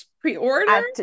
pre-order